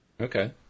Okay